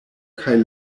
kaj